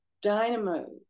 dynamo